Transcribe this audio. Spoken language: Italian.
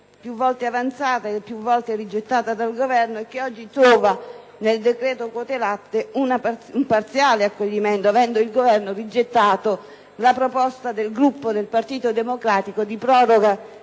più volte avanzata e più volte rigettata dal Governo e che oggi trova nel decreto sulle quote latte parziale accoglimento, avendo l'Esecutivo rigettato la proposta del Gruppo del Partito Democratico, di proroga